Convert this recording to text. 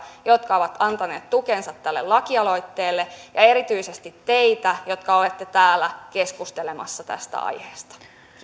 jotka ovat antaneet tukensa tälle laki aloitteelle ja erityisesti teitä jotka olette täällä keskustelemassa tästä aiheesta